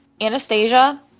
anastasia